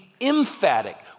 emphatic